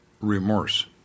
remorse